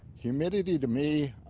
humidity to me,